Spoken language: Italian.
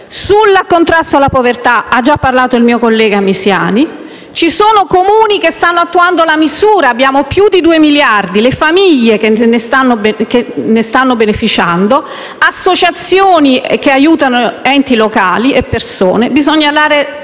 Sul contrasto alla povertà è già intervenuto il mio collega Misiani, ci sono Comuni che stanno attuando la misura (ci sono più di due miliardi), ci sono famiglie che ne stanno beneficiando, ci sono associazioni che aiutano enti locali e persone, ma bisogna dare